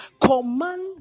command